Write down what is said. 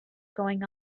going